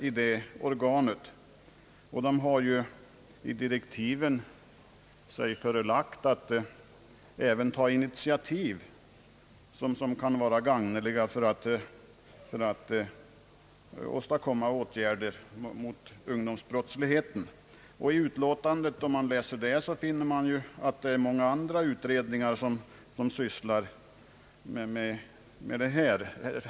Samarbetsorganet har i direktiven fått sig förelagt att även ta initiativ, som kan vara sagneliga då det gäller att föreslå lämpliga lösningar. I utskottsutlåtandet finner man att också många andra utredningar sysslar med detta.